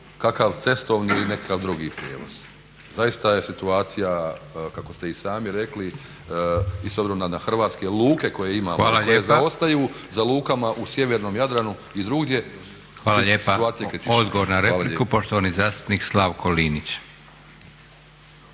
kakav cestovni ili nekakav drugi prijevoz. Zaista je situacija kako ste i sami rekli i s obzirom na hrvatske luke koje imamo i koje zaostaju za lukama u sjevernom Jadranu i drugdje, situacija je kritična. **Leko, Josip (SDP)** Hvala lijepa. Odgovor na repliku, poštovani zastupnik Slavko Linić.